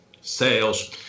sales